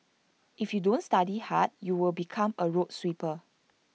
if you don't study hard you will become A road sweeper